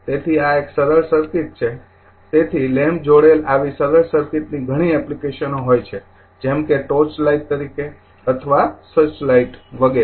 તેથી આ એક સરળ સર્કિટ છે તેથી લૅમ્પ જોડેલ આવી સરળ સર્કિટની ઘણી એપ્લીકેશન હોય છે જેમ કે ટોર્ચ લાઇટ તરીકે અથવા સર્ચ લાઇટ વગેરે